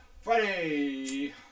Friday